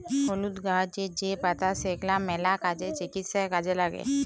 হলুদ গাহাচের যে পাতা সেগলা ম্যালা কাজে, চিকিৎসায় কাজে ল্যাগে